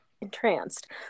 entranced